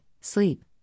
sleep